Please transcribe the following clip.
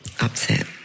upset